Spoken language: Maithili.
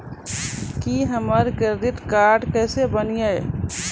की हमर करदीद कार्ड केसे बनिये?